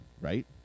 right